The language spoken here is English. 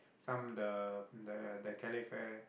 some the the calafate